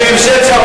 מי קיצץ?